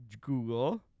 Google